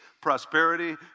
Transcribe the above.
prosperity